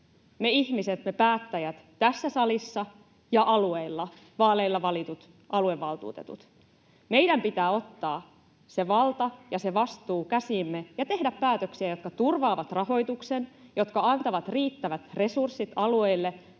me ihmiset, me päättäjät tässä salissa ja alueilla, vaaleilla valitut aluevaltuutetut. Meidän pitää ottaa se valta ja se vastuu käsiimme ja tehdä päätöksiä, jotka turvaavat rahoituksen, jotka antavat riittävät resurssit alueille